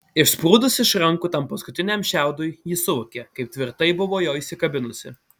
išsprūdus iš rankų tam paskutiniam šiaudui ji suvokė kaip tvirtai buvo jo įsikabinusi